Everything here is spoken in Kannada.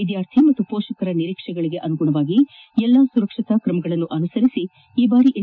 ವಿದ್ಯಾರ್ಥಿ ಪೋಷಕರ ನಿರೀಕ್ಷೆಗೆ ಅನುಗುಣವಾಗಿ ಎಲ್ಲ ಸುರಕ್ಷತಾ ಕ್ರಮಗಳನ್ನು ಅನುಸರಿಸಿ ಈ ಬಾರಿ ಎಸ್